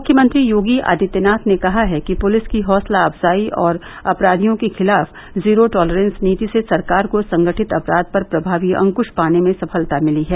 मुख्यमंत्री योगी आदित्यनाथ ने कहा है कि पूलिस की हौसला अफजाई और अपराधियों के खिलाफ जीरो टॉलरेंस नीति से सरकार को संगठित अपराध पर प्रमावी अंकृश पाने में सफलता मिली है